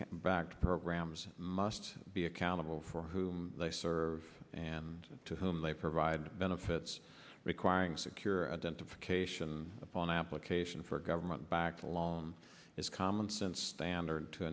can back programs must be accountable for whom they serve and to whom they provide benefits requiring secure a dent of cation upon application for government back along is common sense standard to